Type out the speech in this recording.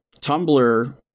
Tumblr